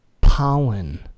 pollen